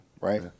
right